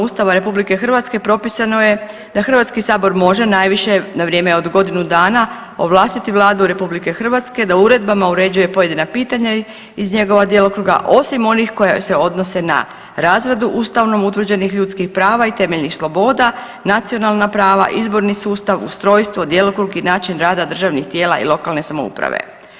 Ustava RH propisano je da Hrvatski sabor može najviše na vrijeme od godinu dana ovlastiti Vladu RH da uredbama uređuje pojedina pitanja iz njegova djelokruga osim onih koja se odnose na razradu ustavnom utvrđenih ljudskih prava i temeljnih sloboda, nacionalna prava, izborni sustav, ustrojstvo, djelokrug i način rada državnih tijela i lokalne samouprave.